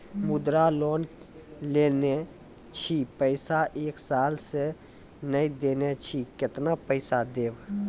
मुद्रा लोन लेने छी पैसा एक साल से ने देने छी केतना पैसा देब?